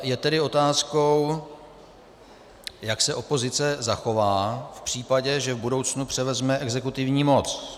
Je tedy otázkou, jak se opozice zachová v případě, že v budoucnu převezme exekutivní moc.